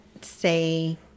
say